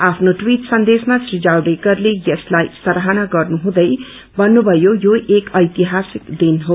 आफ्नो ट्रवीट सन्देश्रमा श्री जावडेकरले यसलाई सराहना गर्नुहुँदै भन्नुभयो यो एक ऐतिहासिक दिन हो